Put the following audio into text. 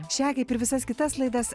šią kaip ir visas kitas laidas